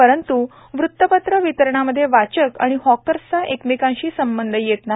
परंत्र वृतपत्रे वितरणामध्ये वाचक व हॉकर्सचा एकमेकांशी संबंध येत नाही